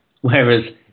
Whereas